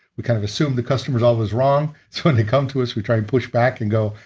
we kind of assume the customer's always wrong so when they come to us, we try to push back and go,